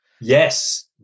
yes